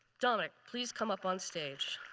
dominic, please come up on stage.